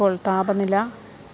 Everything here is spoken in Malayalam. ഇപ്പോൾ താപനില